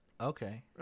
okay